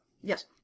Yes